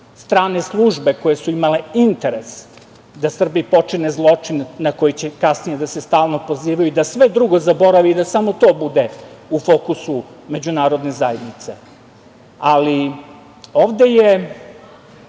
Strane službe koje su imale interes da Srbi počine zločin na koji će kasnije stalno da se pozivaju, da sve drugo zaborave i da samo to bude u fokusu Međunarodne zajednice. Ovde je